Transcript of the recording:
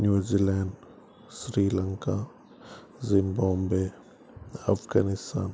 New Zealand Sri Lanka Zimbabwe Afghanistan